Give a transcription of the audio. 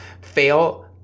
fail